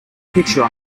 picture